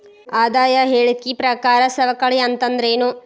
ಆದಾಯ ಹೇಳಿಕಿ ಪ್ರಕಾರ ಸವಕಳಿ ಅಂತಂದ್ರೇನು?